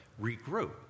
regroup